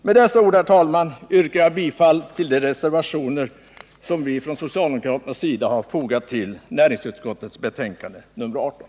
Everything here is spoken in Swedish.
Med dessa ord, herr talman, yrkar jag bifall till de socialdemokratiska reservationerna i näringsutskottets betänkande nr 18.